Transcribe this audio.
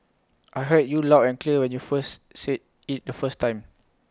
I heard you loud and clear when you first said IT the first time